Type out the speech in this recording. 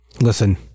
Listen